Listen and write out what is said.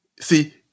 See